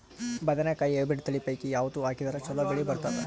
ಬದನೆಕಾಯಿ ಹೈಬ್ರಿಡ್ ತಳಿ ಪೈಕಿ ಯಾವದು ಹಾಕಿದರ ಚಲೋ ಬೆಳಿ ಬರತದ?